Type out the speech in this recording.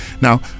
Now